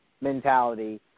mentality